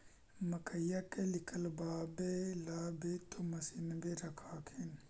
मकईया के निकलबे ला भी तो मसिनबे रख हखिन?